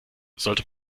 sollte